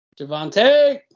Javante